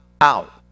out